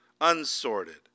unsorted